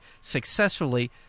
successfully